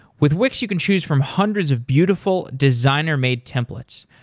with wix, you can choose from hundreds of beautiful, designer-made templates.